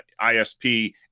ISP